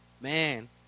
Man